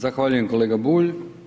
Zahvaljujem kolega Bulj.